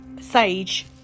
sage